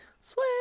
Sweet